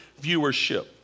viewership